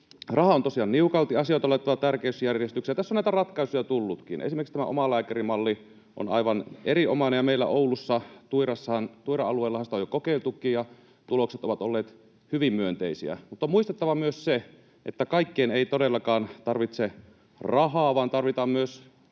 Rahaa on tosiaan niukalti, asioita on laitettava tärkeysjärjestykseen, ja tässä on näitä ratkaisuja tullutkin. Esimerkiksi tämä omalääkärimalli on aivan erinomainen. Meillä Oulussa Tuiran alueellahan sitä on jo kokeiltukin, ja tulokset ovat olleet hyvin myönteisiä. Mutta on muistettava myös se, että kaikkeen ei todellakaan tarvitse rahaa, vaan tarvitaan myös